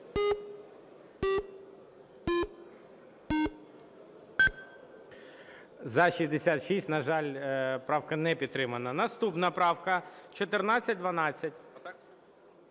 За-66 На жаль, правка не підтримана. Наступна правка 1412.